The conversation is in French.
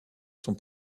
son